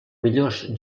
millors